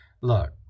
look